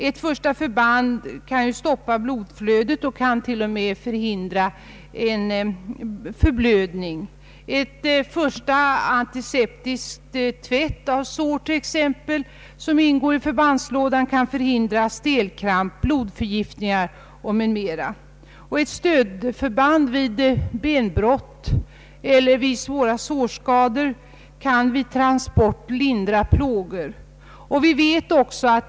”Ett förstaförband stoppar blodflödet och kan t.o.m. förhindra förblödningar. En första anticeptisk tvätt av sår kan förhindra stelkramp, blodförgiftningar m.m. Ett stödförband vid benbrott och svåra skärsår kan vid transport lindra plågor.